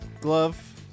glove